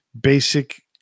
basic